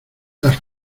las